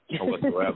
whatsoever